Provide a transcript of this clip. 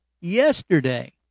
yesterday